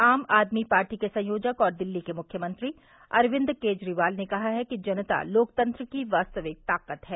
आम आदमी पार्टी के संयोजक और दिल्ली के मुख्यमंत्री अरविन्द केजरीवाल ने कहा है कि जनता लोकतंत्र की वास्तविक ताकत है